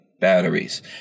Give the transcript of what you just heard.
batteries